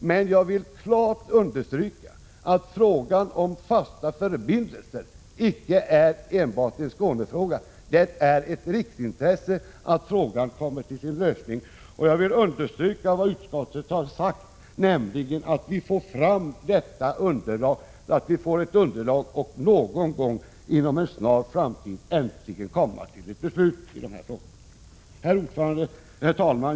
Men jag vill klart understryka att frågan om fasta förbindelser icke enbart är en angelägenhet för Skåne. Det är av riksintresse att frågan får sin lösning. Jag vill understryka vad utskottet har sagt, nämligen att det är angeläget att vi får fram detta underlag och inom en snar framtid äntligen kan komma till ett beslut i dessa frågor. Herr talman!